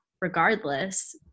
regardless